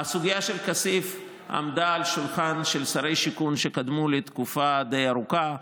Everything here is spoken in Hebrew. הסוגיה של כסיף עמדה על השולחן של שרי השיכון שקדמו לי תקופה די ארוכה.